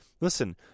Listen